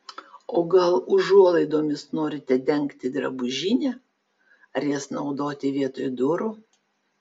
o gal užuolaidomis norite dengti drabužinę ar jas naudoti vietoj durų